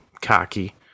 cocky